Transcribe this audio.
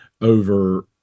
over